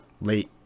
late